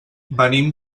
venim